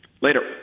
Later